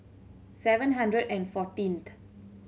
seven hundred and fourteenth